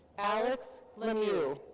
alex lemieux.